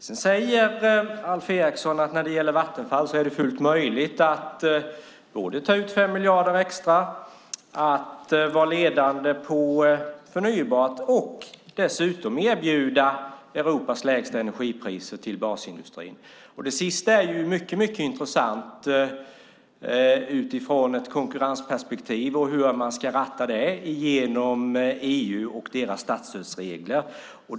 När det gäller Vattenfall säger Alf Eriksson att det är fullt möjligt att ta ut 5 miljarder extra, vara ledande inom förnybart och erbjuda Europas lägsta energipriser till basindustrin. Det sista är mycket intressant ur konkurrensperspektiv och hur man ska ratta det genom EU och deras statsstödsregler.